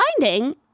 finding